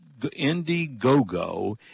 IndieGoGo